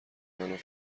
منو